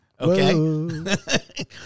Okay